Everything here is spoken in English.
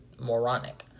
moronic